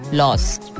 lost